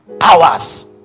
Hours